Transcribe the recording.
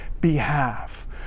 behalf